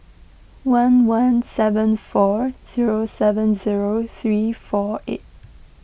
one one seven four zero seven zero three four eight